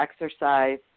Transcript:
exercise